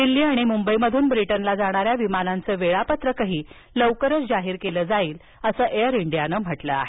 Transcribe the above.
दिल्ली आणि मुंबईमधून ब्रिटनला जाणाऱ्या विमानांचं वेळापत्रकही लवकरच जाहीर केलं जाईल असं एअर इंडियानं म्हटलं आहे